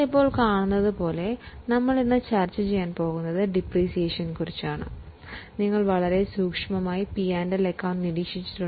ഇന്ന് നമ്മൾ മൊഡ്യൂൾ 3 ലേക്ക് കടക്കുന്നു